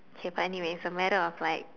okay but anyways a matter of like